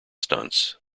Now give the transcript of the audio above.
stunts